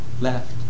left